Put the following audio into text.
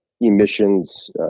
emissions